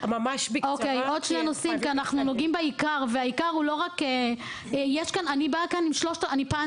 כי אנחנו נוגעים בעיקר והעיקר הוא לא רק --- אני פאנל,